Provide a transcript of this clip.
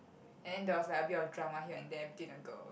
and then there was like a bit of drama here and there between the girl